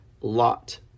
lot